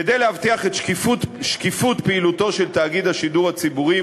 כדי להבטיח את שקיפות פעילותו של תאגיד השידור הציבורי,